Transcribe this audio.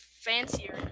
fancier